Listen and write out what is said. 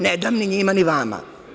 Ne dam ni njima, ni vama.